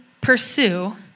pursue